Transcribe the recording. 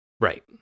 Right